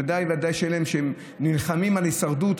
ודאי וודאי אלה שנלחמים על הישרדות,